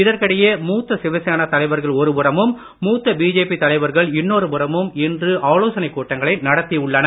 இதற்கிடையே மூத்த சிவசேனா தலைவர்கள் ஒருபுறமும் மூத்த பிஜேபி தலைவர்கள் இன்னொரு புறமும் இன்று ஆலோசனை கூட்டங்களை நடத்தி உள்ளனர்